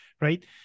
right